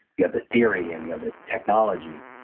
you have the theory and you have the technology.